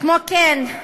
כמו כן,